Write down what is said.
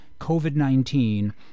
COVID-19